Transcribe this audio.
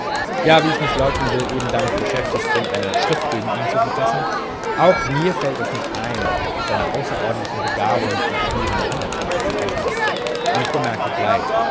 ja wie ich nicht leugnen will eben damit beschäftigt bin eine schrift gegen ihn zu verfassen auch mir fällt es nicht ein seiner außerordentlichen begabung die gebührende anerkennung zu versagen und ich bemerke gleich